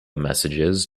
messages